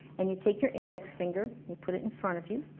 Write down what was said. and you take your index finger, you put it in front of you